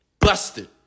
Busted